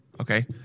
Okay